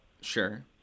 Sure